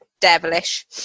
devilish